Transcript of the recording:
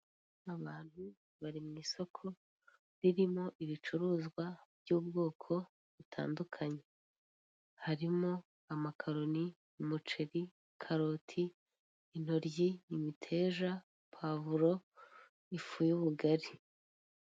Abantu bari mu isoko ririmo ibicuruzwa by'ubwoko butandukanye harimo amakaroni, umuceri, kariti, intoryi, imiteje, pawavuro, ifu y'ubugari.